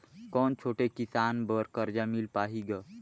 कौन छोटे किसान बर कर्जा मिल पाही ग?